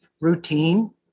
routine